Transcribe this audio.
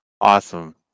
Awesome